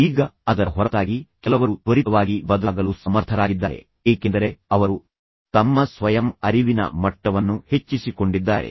ಈಗ ಅದರ ಹೊರತಾಗಿ ಕೆಲವರು ತ್ವರಿತವಾಗಿ ಬದಲಾಗಲು ಸಮರ್ಥರಾಗಿದ್ದಾರೆ ಏಕೆಂದರೆ ಅವರು ತಮ್ಮ ಸ್ವಯಂ ಅರಿವಿನ ಮಟ್ಟವನ್ನು ಹೆಚ್ಚಿಸಿಕೊಂಡಿದ್ದಾರೆ